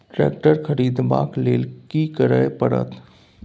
Tractor खरीदबाक लेल की करय परत?